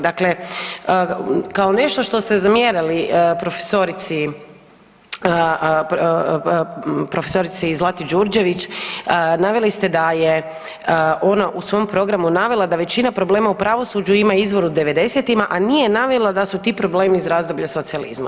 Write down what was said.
Dakle, kao nešto što ste zamjerili profesorici Zlati Đurđević naveli ste da je ona u svom programu navela da većina problema u pravosuđu ima izvor u 90-tima, a nije navela da su ti problemi iz razdoblja socijalizma.